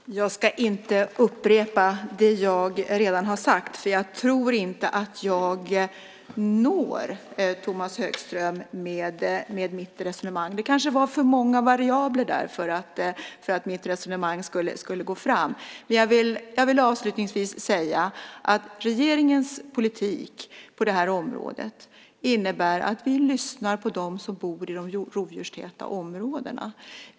Fru talman! Jag ska inte upprepa det jag redan har sagt, för jag tror inte att jag når Tomas Högström med mitt resonemang. Kanske var det för många variabler för att mitt resonemang skulle gå fram. Avslutningsvis vill jag säga att regeringens politik på det här området innebär att vi lyssnar på dem som bor i de rovdjurstäta områdena.